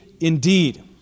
Indeed